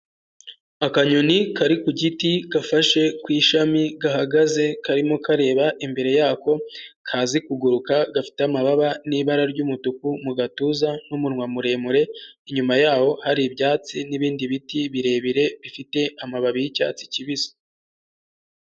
Akanyoni kari ku giti gafashe ku ishami, gahagaze karimo kareba imbere yako, kazi kuguruka gafite amababa n'ibara ry'umutuku mu gatuza, n'umunwa muremure, inyuma yaho hari ibyatsi n'ibindi biti birebire bifite amababi y'icyatsi kibisi.